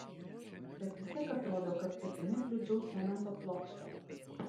bet vis tiek atrodo kad petimi kliudžiau cemento plokštę